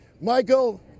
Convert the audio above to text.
michael